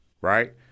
right